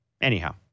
Anyhow